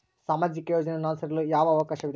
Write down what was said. ಸಾಮಾಜಿಕ ಯೋಜನೆಯನ್ನು ನಾನು ಸೇರಲು ಅವಕಾಶವಿದೆಯಾ?